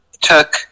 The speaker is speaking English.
took